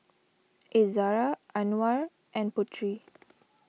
Izzara Anuar and Putri